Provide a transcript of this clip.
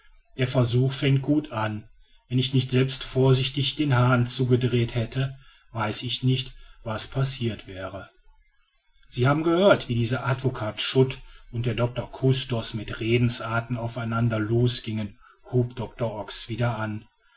der versuch fängt gut an wenn ich nicht selbst vorsichtig den hahn zugedreht hätte weiß ich nicht was passirt wäre sie haben gehört wie dieser advocat schut und der doctor custos mit redensarten auf einander losgingen hub doctor ox wieder an